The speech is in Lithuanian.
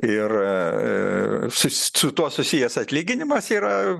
ir su su tuo susijęs atlyginimas yra